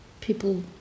people